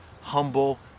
humble